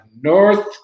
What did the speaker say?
North